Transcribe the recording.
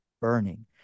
burning